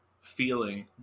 feeling